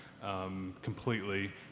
completely